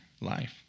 life